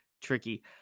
tricky